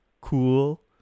cool